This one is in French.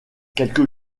quelques